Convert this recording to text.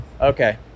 Okay